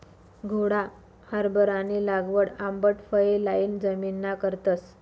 घोडा हारभरानी लागवड आंबट फये लायेल जमिनना करतस